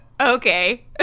Okay